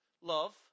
love